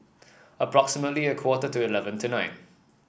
approximately a quarter to eleven tonight